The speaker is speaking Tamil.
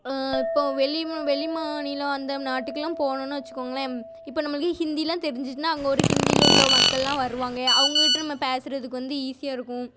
இப்போ வெளிமா வெளிமாநிலம் அந்த நாட்டுக்கு எல்லாம் போகணும்னு வச்சுக்கோங்களேன் இப்போ நம்பளுக்கு ஹிந்தி எல்லாம் தெரிஞ்சிதுன்னா அங்கே ஒரு ஹிந்தியில உள்ள மக்கள் எல்லாம் வருவாங்க அவங்ககிட்ட நம்ம பேசுகிறதுக்கு வந்து ஈசியாக இருக்கும்